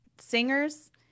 Singers